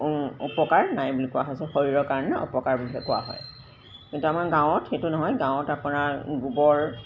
উপকাৰ নাই বুলি কোৱা হৈছে শৰীৰৰ কাৰণে অপকাৰ বুলিহে কোৱা হয় কিন্তু আমাৰ গাঁৱত সেইটো নহয় গাঁৱত আপোনাৰ গোবৰ